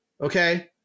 Okay